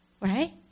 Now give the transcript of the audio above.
right